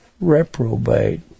reprobate